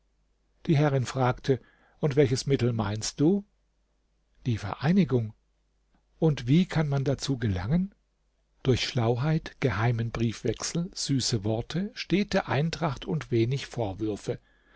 die herrin fragte und welches mittel meinst du die vereinigung und wie kann man dazu gelangen durch schlauheit geheimen briefwechsel süße worte stete eintracht und wenig vorwürfe